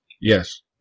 Yes